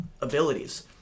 abilities